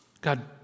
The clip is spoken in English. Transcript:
God